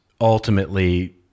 ultimately